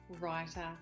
writer